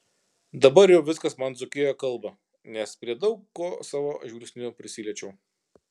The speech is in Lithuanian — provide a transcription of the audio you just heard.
dabar jau viskas man dzūkijoje kalba nes prie daug ko savo žvilgsniu prisiliečiau